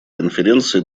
конференции